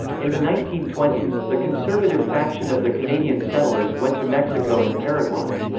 in the nineteen twenty s, the conservative faction of the canadian settlers went to mexico and paraguay.